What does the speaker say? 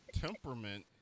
temperament